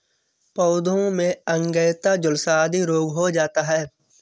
पौधों में अंगैयता, झुलसा आदि रोग हो जाता है